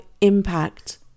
impact